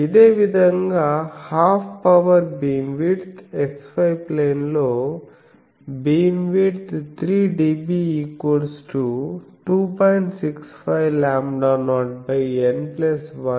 ఇదే విధంగా half power beamwidth x y ప్లేన్లో BW3dB 2